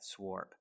Swarp